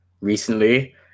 recently